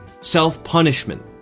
self-punishment